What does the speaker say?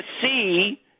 see